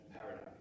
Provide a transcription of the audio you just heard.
paradigm